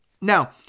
Now